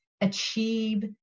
achieve